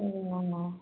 অঁ